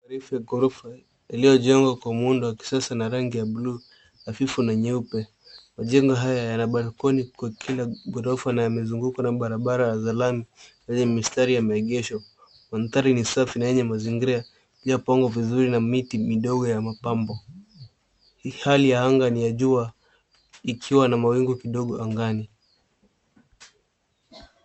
...refu ya gorofa iliyojengwa kwa muundo wa kisasa na rangi ya bluu hafifu na nyeupe. Majengo haya yana balkoni kwa kila gorofa na yamezungukwa na barabara za lami yenye mistari ya maegesho. Mandhari ni safi na yenye mazingira iliyopangwa vizuri na miti midogo ya mapambo. Hali ya anga ni ya jua ikiwa na mawingu kidogo angani.